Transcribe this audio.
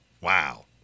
Wow